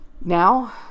Now